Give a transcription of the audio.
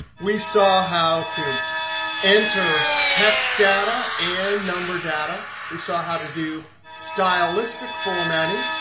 we saw how to enter text data and number data. we saw how to do stylistic formatting.